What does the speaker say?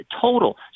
total